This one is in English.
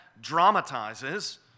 dramatizes